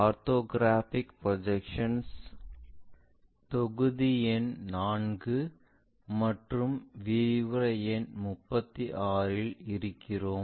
orthographic ப்ரொஜெக்ஷன்ல் தொகுதி எண் 4 மற்றும் விரிவுரை எண் 36 இல் இருக்கிறோம்